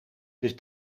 dus